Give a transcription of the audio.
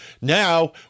Now